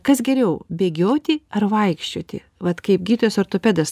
kas geriau bėgioti ar vaikščioti vat kaip gydytojas ortopedas